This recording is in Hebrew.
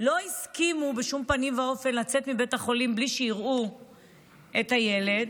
לא הסכימו בשום פנים ואופן לצאת מבית החולים מבלי שיראו את הילד,